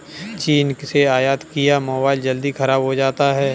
चीन से आयत किया मोबाइल जल्दी खराब हो जाता है